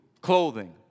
clothing